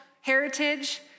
heritage